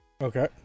Okay